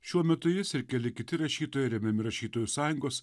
šiuo metu jis ir keli kiti rašytojai remiami rašytojų sąjungos